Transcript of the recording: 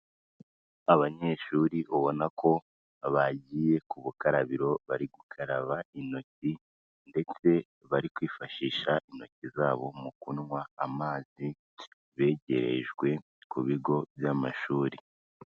Abanyeshuri ubona ko bagiye ku bukarabiro bari gukaraba intoki ndetse bari kwifashisha intoki zabo mu kunywa amazi begerejwe ku bigo by'amashuri.